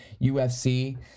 UFC